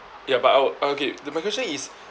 ya but ah okay the my question is